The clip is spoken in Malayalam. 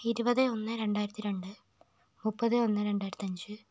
ഇരുപത് ഒന്ന് രണ്ടായിരത്തി രണ്ട് മുപ്പത് ഒന്ന് രണ്ടായിരത്തഞ്ച്